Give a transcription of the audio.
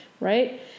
right